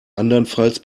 andernfalls